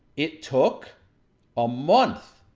it took a month.